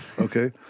Okay